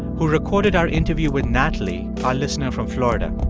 who recorded our interview with natalie, our listener from florida.